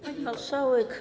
Pani Marszałek!